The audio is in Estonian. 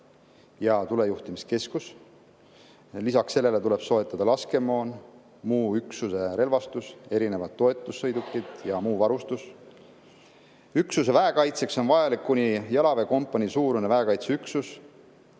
ja tulejuhtimiskeskus. Lisaks sellele tuleb soetada laskemoon, muu üksuse relvastus, toetussõidukid ja muu varustus. Üksuse väekaitseks on vaja kuni jalaväekompaniisuurust väekaitseüksust.